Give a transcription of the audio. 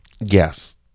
Yes